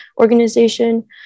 organization